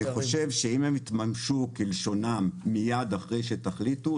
אני חושב שאם הם יתממשו כלשונם מיד אחרי שתחליטו,